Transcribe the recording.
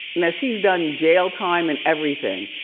now she's done jail time and everything.